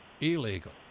illegal